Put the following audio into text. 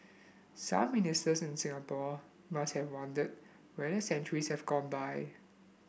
some Ministers in Singapore must have wondered where centuries have gone by